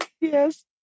yes